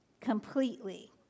completely